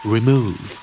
Remove